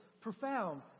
Profound